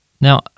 Now